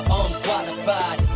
unqualified